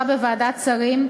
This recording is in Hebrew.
בוועדת השרים,